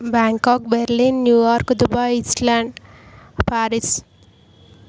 Bangkok Berlin New York Dubai Iceland Paris